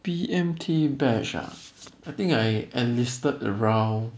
B_M_T batch ah I think I enlisted around